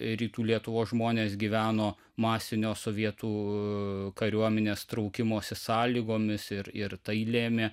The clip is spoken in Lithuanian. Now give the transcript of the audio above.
rytų lietuvos žmonės gyveno masinio sovietų kariuomenės traukimosi sąlygomis ir ir tai lėmė